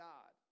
God